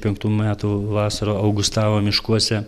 penktų metų vasarą augustava miškuose